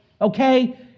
okay